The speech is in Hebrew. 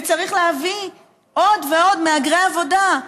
וצריך להביא עוד ועוד מהגרי עבודה.